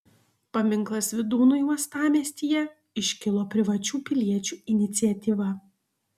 paminklas vydūnui uostamiestyje iškilo privačių piliečių iniciatyva